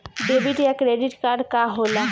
Debit या credit card का होला?